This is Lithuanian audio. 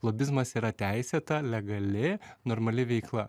lobizmas yra teisėta legali normali veikla